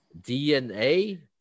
DNA